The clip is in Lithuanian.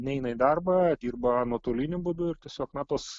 neina į darbą dirba nuotoliniu būdu ir tiesiog na tos